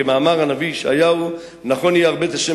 כמאמר הנביא ישעיהו: "נכון יהיה הר בית ה'